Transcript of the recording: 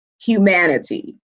humanity